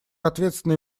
ответственный